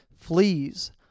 fleas